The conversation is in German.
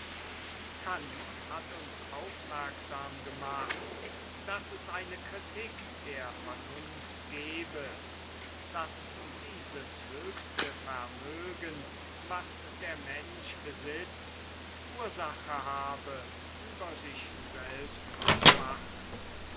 kant hat uns aufmerksam gemacht daß es eine kritik der vernunft gebe daß dieses höchste vermögen was der mensch besitzt ursache habe über sich selbst zu wachen